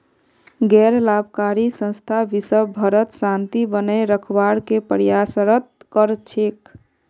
गैर लाभकारी संस्था विशव भरत शांति बनए रखवार के प्रयासरत कर छेक